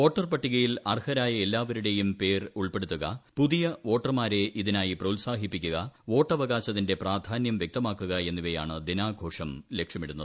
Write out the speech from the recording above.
വോട്ടർപട്ടികയിൽ അർഹരായ എല്ലാവരുടേയും പേർ ഉൾപ്പെടുത്തുക പുതിയ വോട്ടർമാരെ ഇതിനായി പ്രോത്സാഹിപ്പിക്കുക വോട്ടവകാശത്തിന്റെ പ്രാധാന്യം വ്യക്തമാക്കുക എന്നിവയാണ് ദിനാഘോഷം ലക്ഷ്യമിടുന്നത്